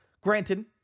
Granted